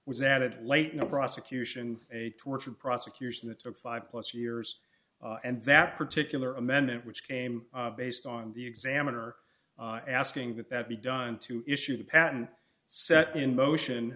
was added late no prosecution a tortured prosecution that took five plus years and that particular amendment which came based on the examiner asking that that be done to issue the patent set in motion